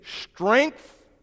strength